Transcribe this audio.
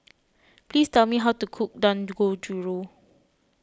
please tell me how to cook Dangojiru